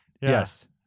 Yes